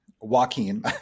Joaquin